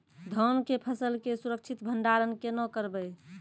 धान के फसल के सुरक्षित भंडारण केना करबै?